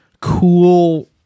cool